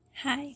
Hi